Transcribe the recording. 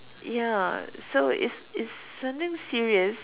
ya so it's it's something serious